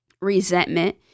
resentment